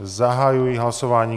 Zahajuji hlasování.